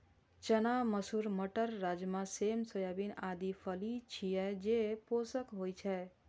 चना, मसूर, मटर, राजमा, सेम, सोयाबीन आदि फली छियै, जे पोषक होइ छै